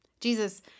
Jesus